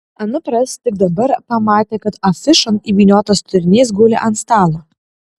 anupras tik dabar pamatė kad afišon įvyniotas turinys guli ant stalo